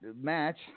match